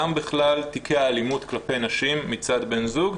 גם בכלל תיקי האלימות נגד נשים מצד בני זוגן,